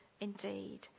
indeed